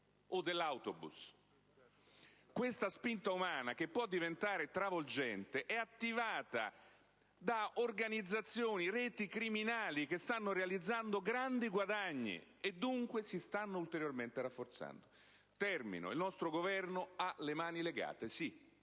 o dell'autobus. Questa spinta umana, che può diventare travolgente, è attivata da organizzazioni e reti criminali che stanno realizzando grandi guadagni, e dunque si stanno ulteriormente rafforzando. Il nostro Governo ha le mani legate: sì,